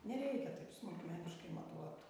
nereikia taip smulkmeniškai matuot